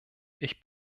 ich